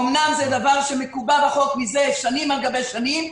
אומנם זה דבר שמקובע בחוק מזה שנים על גבי שנים,